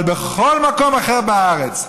אבל בכל מקום אחר בארץ,